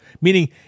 Meaning